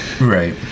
Right